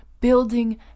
building